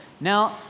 Now